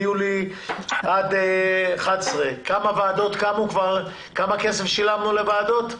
מיולי 2010 עד 2011. כמה כסף שילמנו לוועדות?